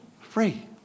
free